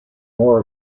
more